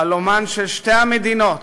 חלומן של שתי המדינות